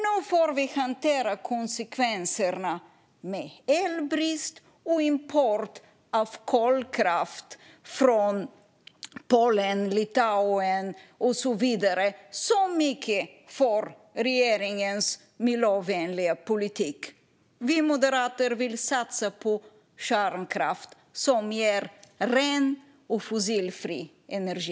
Nu får vi hantera konsekvenserna med elbrist och import av kolkraft från Polen, Litauen och så vidare. Så mycket är det med regeringens miljövänliga politik. Vi moderater vill satsa på kärnkraft, som ger ren och fossilfri energi.